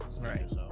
Right